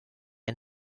and